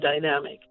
dynamic